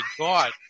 god